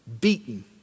beaten